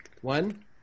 One